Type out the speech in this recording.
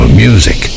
music